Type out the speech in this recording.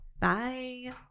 Bye